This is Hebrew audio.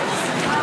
סמוטריץ.